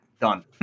done